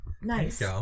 nice